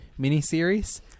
miniseries